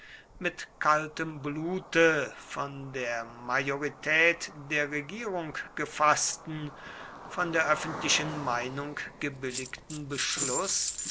mit kaltem blute von der majorität der regierung gefaßten von der öffentlichen meinung gebilligten beschluß